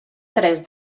tres